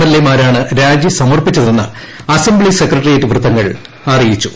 L എമാരാണ് രാജി സമർപ്പിച്ചതെന്ന് അസംബ്ലി സെക്രട്ടറിയേറ്റ് വൃത്തങ്ങൾ അറിയിച്ചു